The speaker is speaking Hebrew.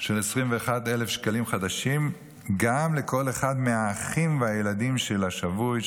של 21,000 שקלים חדשים גם לכל אחד מהאחים והילדים של השבוי,